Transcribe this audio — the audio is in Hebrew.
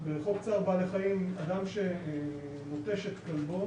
וחוק צער בעלי חיים, אדם שנוטש את כלבו